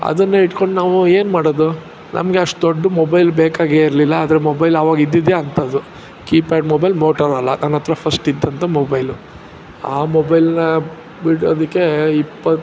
ಅದನ್ನು ಇಟ್ಕೊಂಡು ನಾವು ಏನು ಮಾಡೋದು ನಮಗೆ ಅಷ್ಟು ದೊಡ್ಡ ಮೊಬೈಲ್ ಬೇಕಾಗೇ ಇರಲಿಲ್ಲ ಆದರೆ ಮೊಬೈಲ್ ಆವಾಗ ಇದ್ದಿದ್ದೇ ಅಂಥದ್ದು ಕೀಪ್ಯಾಡ್ ಮೊಬೈಲ್ ಮೊಟೊರೊಲಾ ನನ್ನ ಹತ್ರ ಫಸ್ಟ್ ಇದ್ದಂಥ ಮೊಬೈಲು ಆ ಮೊಬೈಲನ್ನು ಬಿಡೋದಕ್ಕೆ ಇಪ್ಪತ್ತು